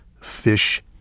fish